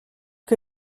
que